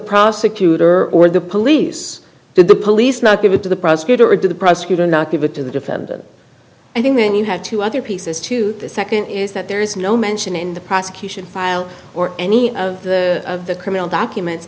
prosecutor or the police did the police not give it to the prosecutor or to the prosecutor not give it to the defendant i think then you have two other pieces to the second is that there is no mention in the prosecution file or any of the criminal documents